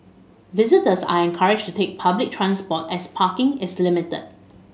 visitors are encouraged to take public transport as parking is limited